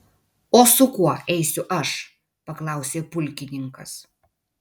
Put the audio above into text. o su kuo eisiu aš paklausė pulkininkas